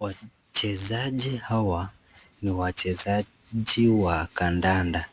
Wachezaji hawa ni wachezaji wa kandanda